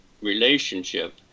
relationship